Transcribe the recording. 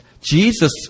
Jesus